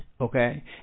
Okay